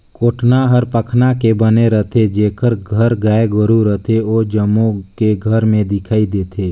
कोटना हर पखना के बने रथे, जेखर घर गाय गोरु रथे ओ जम्मो के घर में दिखइ देथे